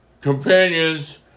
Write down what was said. Companions